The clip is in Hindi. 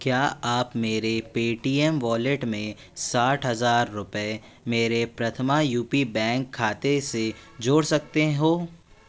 क्या आप मेरे पेटीएम वॉलेट में साठ हज़ार रुपये मेरे प्रथम यू पी बैंक खाते से जोड़ सकते हो